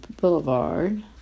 Boulevard